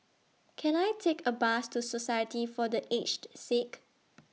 Can I Take A Bus to Society For The Aged Sick